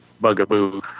bugaboo